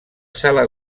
sala